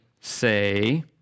say